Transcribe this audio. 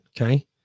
Okay